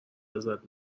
ازت